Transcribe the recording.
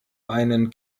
einen